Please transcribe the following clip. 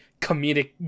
comedic